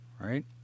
right